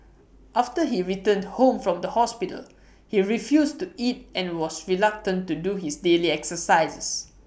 after he returned home from the hospital he refused to eat and was reluctant to do his daily exercises